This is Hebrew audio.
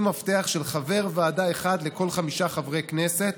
מפתח של חבר ועדה אחד לכל חמישה חברי כנסת,